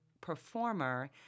performer